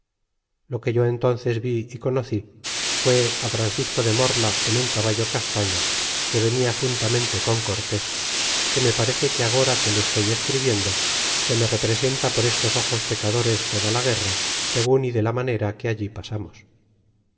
lo que yo entónces vi y conocí fué francisco de mona en un caballo castaño que venia juntamente con cortés que me parece que agora que lo estoy escribiendo se me representa por estos ojos pecadores toda la guerra segun y de la manera que allí pasamos